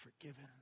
forgiven